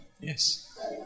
Yes